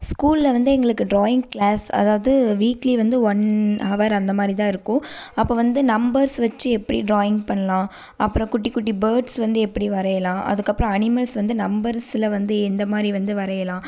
ஸ்கூலில் வந்து எங்களுக்கு ட்ராயிங் க்ளாஸ் அதாவது வீக்லி வந்து ஒன் ஹவர் அந்தமாதிரிதான் இருக்கும் அப்போ வந்து நம்பர்ஸ் வச்சு எப்படி ட்ராயிங் பண்ணலாம் அப்பறம் குட்டி குட்டி பேர்ட்ஸ் வந்து எப்படி வரையலாம் அதுக்கப்புறோம் அனிமல்ஸ் வந்து நம்பர்ஸில் வந்து எந்தமாதிரி வந்து வரையலாம்